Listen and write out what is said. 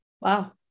Wow